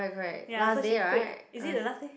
ya so she prayed is it the last day